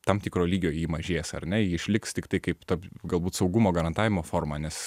tam tikro lygio ji mažės ar ne ji išliks tiktai kaip ta galbūt saugumo garantavimo forma nes